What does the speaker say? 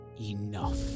Enough